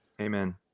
Amen